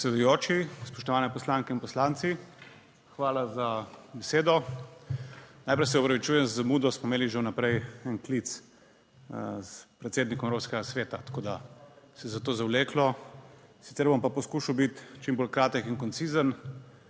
hvala za besedo! Najprej se opravičujem za zamudo, smo imeli že vnaprej en klic s predsednikom Evropskega sveta, tako da se je zato zavleklo, sicer bom pa poskušal biti čim bolj kratek in koncizen.